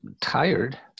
tired